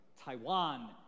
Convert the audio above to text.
Taiwan